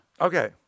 okay